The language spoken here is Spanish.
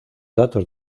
datos